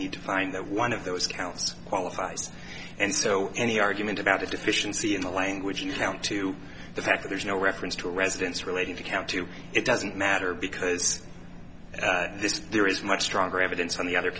need to find that one of those counts qualifies and so any argument about a deficiency in the language and count to the fact there is no reference to residence relating to count two it doesn't matter because this there is much stronger evidence on the other